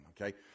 okay